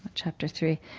ah chapter three.